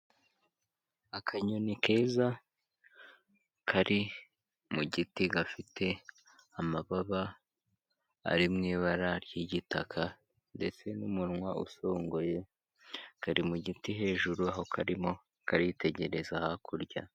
Akanyoni keza kari mu giti gafite amababa ari mu ibara ry'igitaka ndetse n'umunwa usongoye, kari mu giti hejuru aho karimo karitegereza hakurya.